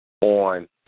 on